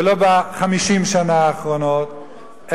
ולא ב-50 השנה האחרונות,